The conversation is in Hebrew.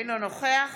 אינו נוכח